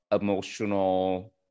emotional